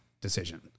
decision